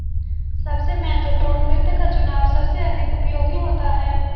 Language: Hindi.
सबसे महत्वपूर्ण वित्त का चुनाव सबसे अधिक उपयोगी होता है